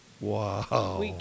Wow